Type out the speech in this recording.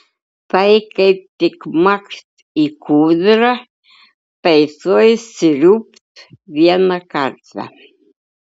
tai kaip tik makt į kūdrą tai tuoj sriūbt vieną kartą